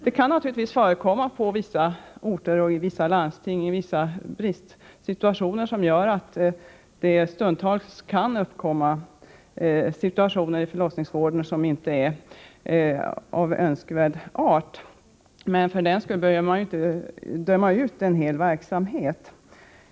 Det kan naturligtvis på vissa orter och på vissa landsting vara bristsituationer som gör att det stundtals uppstår förhållanden som inte är önskvärda, men för den skull behöver man ju inte döma ut en hel verksamhet.